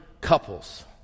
couples